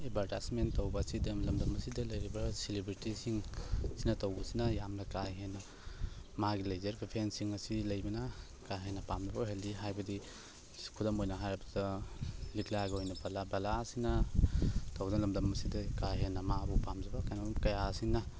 advertisement ꯇꯧꯕ ꯑꯁꯤꯗ ꯂꯝꯗꯝ ꯑꯁꯤꯗ ꯂꯩꯔꯤꯕ ꯁꯦꯂꯦꯕ꯭ꯔꯤꯇꯤꯁꯤꯡ ꯁꯤꯅ ꯇꯧꯕ ꯁꯤꯅ ꯌꯥꯝꯅ ꯀꯥ ꯍꯦꯟꯅ ꯃꯥꯒꯤ ꯂꯩꯖꯔꯤꯕ ꯐꯦꯟꯁꯤꯡ ꯑꯁꯤ ꯂꯩꯕꯅ ꯀꯥ ꯍꯦꯟꯅ ꯄꯥꯝꯅꯕ ꯑꯣꯏꯍꯜꯂꯤ ꯍꯥꯏꯕꯗꯤ ꯈꯨꯗꯝ ꯑꯣꯏꯅ ꯍꯥꯏꯔꯕꯗ ꯂꯤꯛꯂꯥꯒꯤ ꯑꯣꯏꯅ ꯕꯂꯥ ꯕꯂꯥ ꯑꯁꯤꯅ ꯇꯧꯕꯗ ꯂꯝꯗꯝ ꯑꯁꯤꯗ ꯀꯥ ꯍꯦꯟꯅ ꯃꯥꯕꯨ ꯄꯥꯝꯖꯕ ꯀꯩꯅꯣ ꯀꯌꯥꯁꯤꯡꯅ